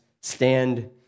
stand